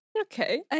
Okay